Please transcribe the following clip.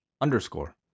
underscore